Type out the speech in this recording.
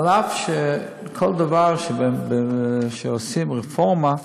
אף שכל דבר שעושים בו רפורמה,